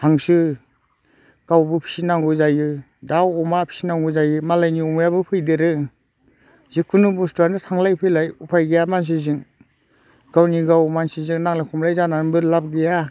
हांसो गावबो फिनांगौ जायो दाउ अमा फिनांगौ जायो मालायनि अमायाबो फैदेरो जिखुनु बुस्थुआनो थांलाय फैलाय उफा गैया मानसिजों गावनि गाव मानसिजों नांलाय खमलाय जानानैबो लाब गैया